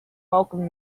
welcomed